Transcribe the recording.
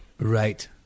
Right